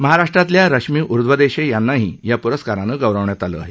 महाराष्ट्रातल्या रश्मी ऊर्ध्वदेशे यांनांही या प्रस्कारानं गौरवण्यात आलं आहे